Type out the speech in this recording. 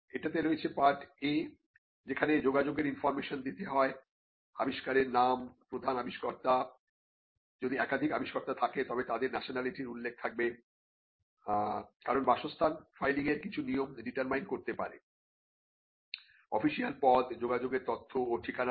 এটাতে রয়েছে part A যেখানে যোগাযোগের ইনফর্মেশন দিতে হয় আবিষ্কারের নাম প্রধান আবিষ্কর্তা যদি একাধিক আবিষ্কর্তা থাকে তবে তাদের ন্যাশনালিটির উল্লেখ থাকবে কারণ বাসস্থান ফাইলিংয়ের কিছু নিয়ম ডিটারমাইন করতে পারেঅফিশিয়াল পদ যোগাযোগের তথ্য ও ঠিকানা